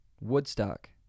Woodstock